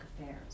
affairs